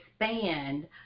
expand